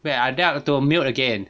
wait ah I think I have to mute again